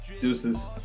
Deuces